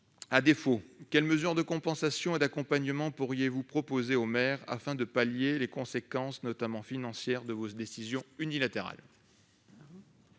À défaut, quelles mesures de compensation et d'accompagnement pourriez-vous proposer aux maires afin de pallier les conséquences, notamment financières, de vos décisions unilatérales ?